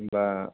होम्बा